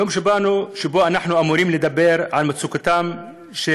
יום שבו אנחנו אמורים לדבר על מצוקתם של